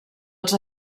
els